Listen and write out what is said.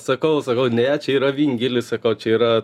sakau sakau ne čia yra vingilis sakau čia yra